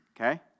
okay